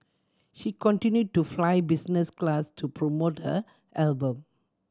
she continued to fly business class to promote her album